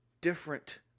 different